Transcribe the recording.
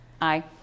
Aye